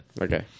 Okay